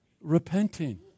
repenting